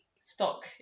stock